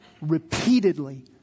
repeatedly